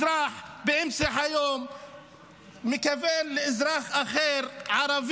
אזרח מכוון לאזרח אחר באמצע היום,